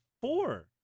four